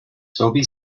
toby